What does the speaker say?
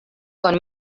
con